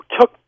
took